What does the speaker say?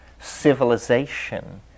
Civilization